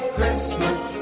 Christmas